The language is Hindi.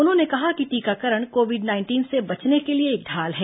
उन्होंने कहा कि टीकाकरण कोविड नाइंटीन से बचने के लिए एक ढाल है